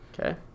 Okay